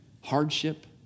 hardship